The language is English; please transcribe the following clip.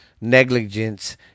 negligence